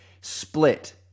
split